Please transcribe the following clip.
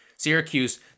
Syracuse